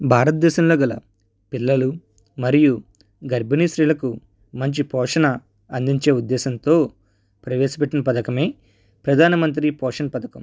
భారతదేశంలో కల పిల్లలు మరియు గర్బిణీ స్త్రీలకు మంచి పోషణ అందించే ఉద్దేశంతో ప్రవేశపెట్టిన పథకమే ప్రధానమంత్రి పోషణ పథకం